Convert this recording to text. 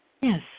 Yes